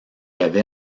avait